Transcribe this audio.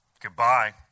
goodbye